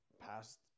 past